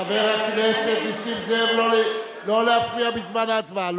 חבר הכנסת נסים זאב, לא להפריע בזמן ההצבעה.